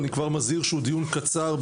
אני כבר מזהיר שהוא דיון קצר,